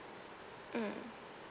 mm